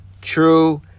true